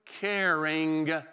Caring